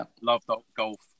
Love.golf